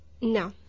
No